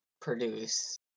produce